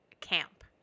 camp